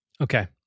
Okay